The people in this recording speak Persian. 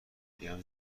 میگم